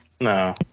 No